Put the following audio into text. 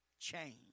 change